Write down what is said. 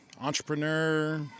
entrepreneur